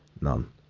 None